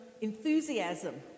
enthusiasm